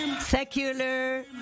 Secular